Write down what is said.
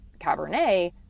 Cabernet